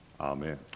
Amen